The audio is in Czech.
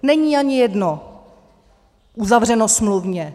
Není ani jedno uzavřeno smluvně.